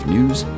News